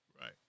Right